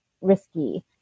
risky